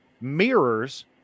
mirrors